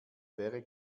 wäre